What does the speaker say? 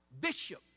bishop